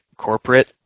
corporate